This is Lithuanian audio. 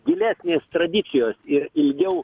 gilesnės tradicijos ir ilgiau